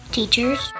Teachers